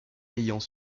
ayant